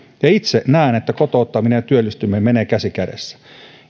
ja itse näen että kotouttaminen ja työllistyminen menevät käsi kädessä jos